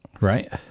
Right